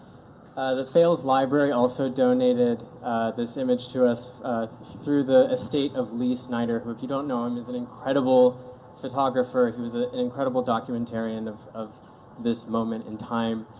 the fales library also donated this image to us through the estate of lee snider who, if you don't know him, is an incredible photographer. he was ah an incredible documentarian of of this moment in time,